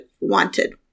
wanted